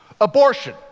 Abortion